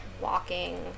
walking